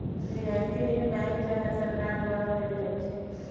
रियायती ऋण बैंक चाहे सरकार द्वारा देल जाइ छइ